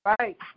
Right